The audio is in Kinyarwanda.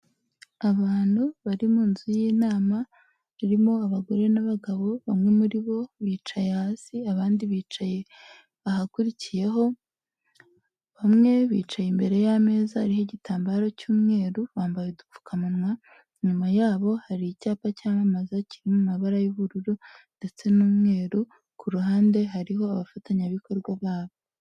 Abantu bari mu nzu y'inama ririmo abagore n'abagabo bamwe muri bo bicaye hasi abandi bicaye ba ahakurikiyeho, bamwe bicaye imbere y'ameza ariho igitambaro cy'umweru bambaye udupfukamunwa, inyuma yabo hari icyapa cyamamaza kiririmo amabara y'ubururu ndetse n'umweru, ku ruhande hariho abafatanyabikorwa babo.